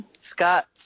Scott